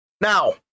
Now